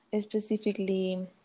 specifically